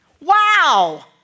Wow